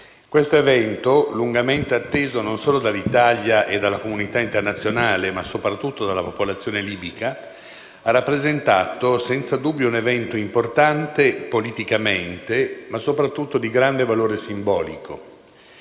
Questo evento, lungamente atteso non solo dall'Italia e dalla comunità internazionale, ma soprattutto dalla popolazione libica, ha rappresentato senza dubbio un avvenimento importante politicamente, ma soprattutto di grande valore simbolico.